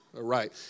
right